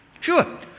Sure